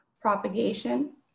propagation